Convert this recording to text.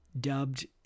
dubbed